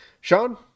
sean